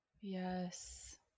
Yes